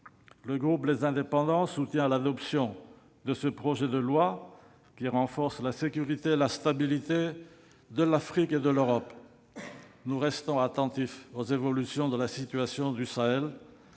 Le groupe Les Indépendants soutient l'adoption de ce projet de loi, qui renforce la sécurité et la stabilité de l'Afrique et de l'Europe. Nous resterons attentifs aux évolutions de la situation au Sahel,